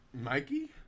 Mikey